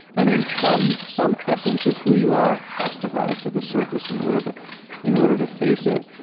i mean, some some essence of who you are has to rise to the surface in order to in order to face it.